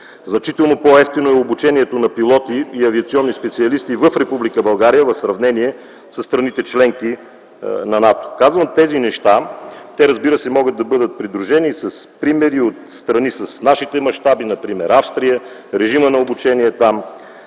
Значително по-евтино е обучението на пилоти и авиационни специалисти в Република България в сравнение със страните – членки на НАТО. Казвам тези неща и те, разбира се, могат да бъдат придружени с примери от страни с нашите мащаби, като например Австрия, режимът на обучение там.